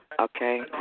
Okay